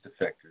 defectors